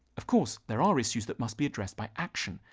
of course, there are issues that must be addressed by action,